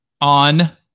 on